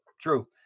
true